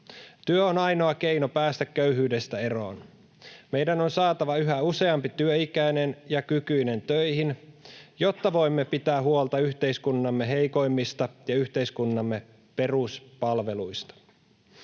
Työ on ainoa keino päästä köyhyydestä eroon. Meidän on saatava yhä useampi työikäinen ja ‑kykyinen töihin, jotta voimme pitää huolta yhteiskuntamme heikoimmista ja yhteiskuntamme peruspalveluista.